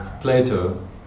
Plato